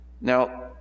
Now